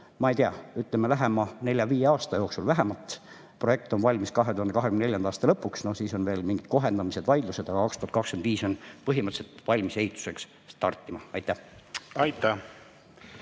lahenduse, ütleme, lähema nelja-viie aasta jooksul vähemalt. Projekt on valmis 2024. aasta lõpuks. No siis on veel mingid kohendamised ja vaidlused, aga 2025 ollakse põhimõtteliselt valmis ehitusega startima. Aitäh!